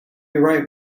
right